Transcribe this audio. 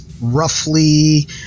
roughly